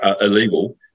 illegal